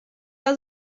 dass